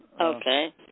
okay